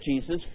Jesus